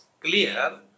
clear